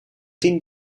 tien